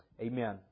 Amen